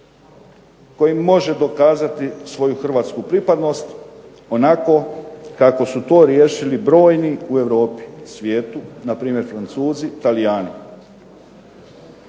kojim može dokazati svoju hrvatsku pripadnost onako kako su to riješili brojni u Europi, svijetu, na primjer Francuzi, Talijani.